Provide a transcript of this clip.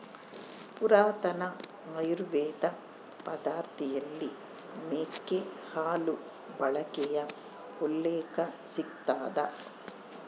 ಪುರಾತನ ಆಯುರ್ವೇದ ಪದ್ದತಿಯಲ್ಲಿ ಮೇಕೆ ಹಾಲು ಬಳಕೆಯ ಉಲ್ಲೇಖ ಸಿಗ್ತದ